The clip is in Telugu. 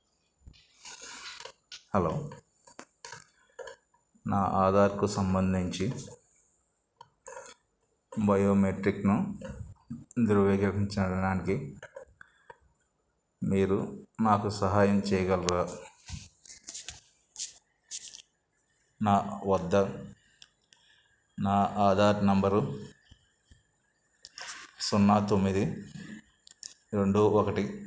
హలో నా ఆధార్కు సంబంధించి బయోమెట్రిక్ను ధృవీకరించండడానికి మీరు మాకు సహాయం చేయగలరా నా వద్ద నా ఆధార్ నెంబర్ సున్నా తొమ్మిది రెండు ఒకటి